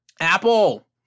Apple